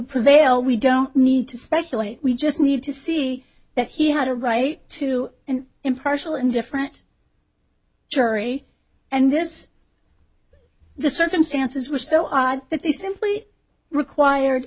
prevail we don't need to speculate we just need to see that he had a right to an impartial and different jury and this the circumstances were so odd that they simply required